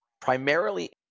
primarily